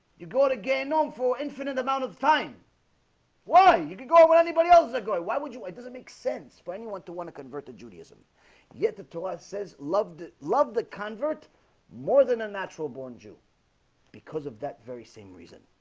you've got again known for infinite amount of time why you can call what anybody else's are going? why would you it doesn't make sense for anyone to want to convert to judaism yet the torah says loved loved the convert more than a natural-born jew because of that very same reason